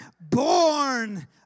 born